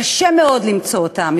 קשה מאוד למצוא אותם.